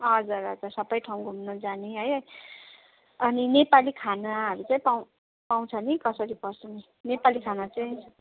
हजुर हजुर सबै ठाउँ घुम्नु जाने है अनि नेपाली खानाहरू चाहिँ पाउँ पाउँछ नि कसरी पर्छ नेपाली खाना चाहिँ